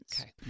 Okay